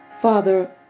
Father